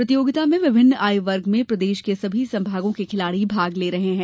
प्रतियोगिता में विभिन्न आयु वर्ग में प्रदेश के सभी संभागों के खिलाड़ी भाग ले रहे हैं